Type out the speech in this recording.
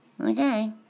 Okay